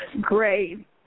Great